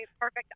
Perfect